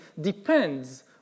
depends